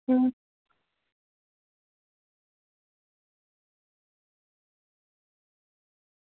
अं